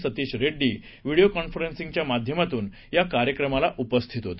Satish Reddy video कॉन्फरन्सिंगच्या माध्यमातून या कार्यक्रमाला उपस्थित होते